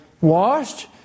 washed